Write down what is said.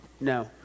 No